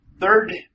Third